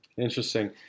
Interesting